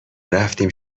رفتیم